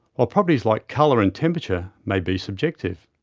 while properties like colour and temperature may be subjective.